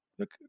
look